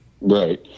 Right